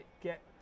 get